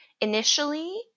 initially